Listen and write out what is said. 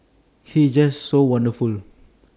he is just so wonderful